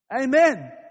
Amen